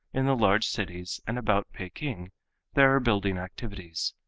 in the large cities and about peking there are building activities,